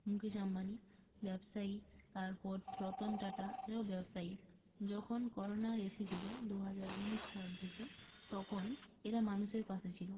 মুকেশ আম্বানি ব্যবসায়ী তারপর রতন টাটা এরাও ব্যবসায়ী যখন করোনা এসেছিল দুহাজার উনিশ সাল থেকে তখন এরা মানুষের পাশে ছিল